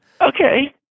Okay